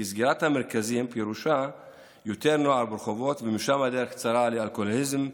כי סגירת המרכזים פירושה יותר נוער ברחובות ומשם הדרך קצרה לאלכוהוליזם,